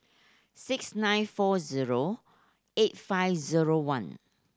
six nine four zero eight five zero one